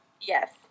yes